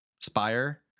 Spire